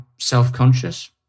self-conscious